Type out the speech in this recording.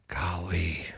Golly